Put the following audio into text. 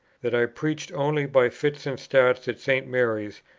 that i preached only by fits and starts at st. mary's,